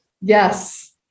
yes